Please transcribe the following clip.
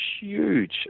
huge